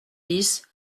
dix